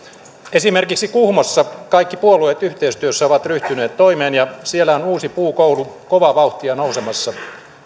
esimerkiksi kuhmossa kaikki puolueet yhteistyössä ovat ryhtyneet toimeen ja siellä on uusi puukoulu kovaa vauhtia nousemassa